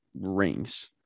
rings